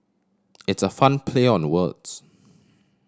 it's a fun play on the words